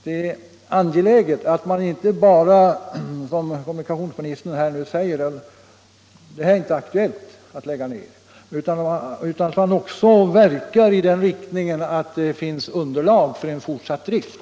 Det är angeläget att man inte bara säger, som kommunikationsministern nu gör, att det inte är aktuellt att lägga ner den och den järnvägslinjen, utan att man också verkar i sådan riktning att det finns underlag för en fortsatt drift.